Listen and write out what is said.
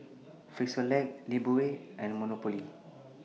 Frisolac Lifebuoy and Monopoly